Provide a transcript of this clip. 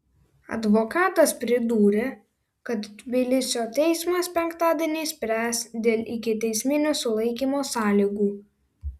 advokatas pridūrė kad tbilisio teismas penktadienį spręs dėl ikiteisminio sulaikymo sąlygų